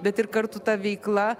bet ir kartu ta veikla